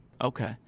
Okay